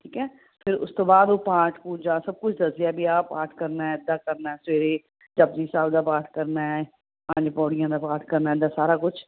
ਠੀਕ ਹੈ ਫਿਰ ਉਸ ਤੋਂ ਬਾਅਦ ਉਹ ਪਾਠ ਪੂਜਾ ਸਭ ਕੁਛ ਦੱਸਦੇ ਆ ਵੀ ਆਹ ਪਾਠ ਕਰਨਾ ਇੱਦਾਂ ਕਰਨਾ ਸਵੇਰੇ ਜਪੁਜੀ ਸਾਹਿਬ ਦਾ ਪਾਠ ਕਰਨਾ ਹੈ ਪੰਜ ਪੌੜੀਆਂ ਦਾ ਪਾਠ ਕਰਨਾ ਇੱਦਾਂ ਸਾਰਾ ਕੁਛ